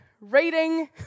reading